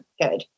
good